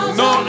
no